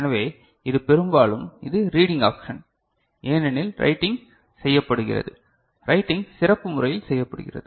எனவே இது பெரும்பாலும் இது ரீடிங் ஆப்ஷன் ஏனெனில் ரைட்டிங் செய்யப்படுகிறது ரைட்டிங் சிறப்பு முறையில் செய்யப்படுகிறது